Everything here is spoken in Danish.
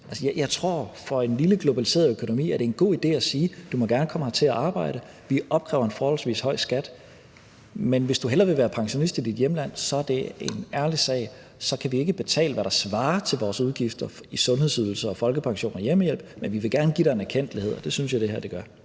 det for en lille globaliseret økonomi er en god idé at sige: Du må gerne komme hertil og arbejde, og vi kræver en forholdsvis høj skat, men hvis du hellere vil være pensionist i dit hjemland, så er det en ærlig sag; så kan vi ikke betale, hvad der svarer til vores udgifter til sundhedsydelser, folkepension og hjemmehjælp, men vi vil gerne give dig en erkendtlighed. Og det synes jeg at det her gør